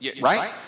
Right